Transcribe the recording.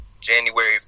January